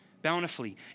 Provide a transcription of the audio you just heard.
bountifully